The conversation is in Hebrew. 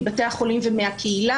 מבתי החולים והקהילה,